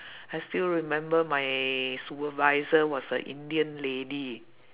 I still remember my supervisor was a indian lady